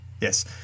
Yes